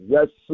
Yes